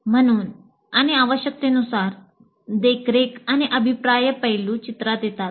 म्हणून आणि आवश्यकतेनुसार देखरेख आणि अभिप्राय पैलू चित्रात येतात